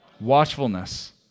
Watchfulness